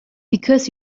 because